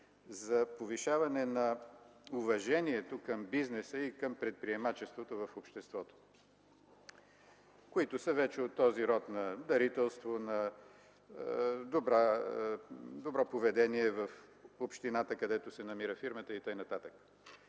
за повишаване на уважението към бизнеса и към предприемачеството в обществото. Те са от рода на дарителство, добро поведение в общината, където се намира фирмата, и така